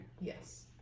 Yes